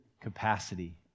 capacity